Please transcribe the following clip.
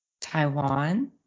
Taiwan